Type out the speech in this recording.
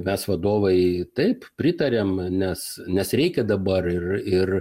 mes vadovai taip pritarėm nes nes reikia dabar ir ir